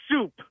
soup